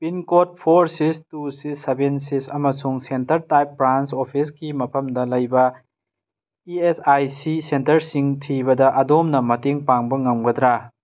pincode four six two six seven six ꯑꯃꯁꯨꯡ centre type branch ꯑꯣꯐꯤꯁꯀꯤ ꯃꯐꯝꯗ ꯂꯩꯕ ꯏ ꯑꯦꯁ ꯑꯥꯏ ꯁꯤ ꯁꯦꯟꯇ꯭ꯔꯁꯤꯡ ꯊꯤꯕꯗ ꯑꯗꯣꯝꯅ ꯃꯇꯦꯡ ꯄꯥꯡꯕ ꯉꯝꯒꯗ꯭ꯔꯥ